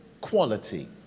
quality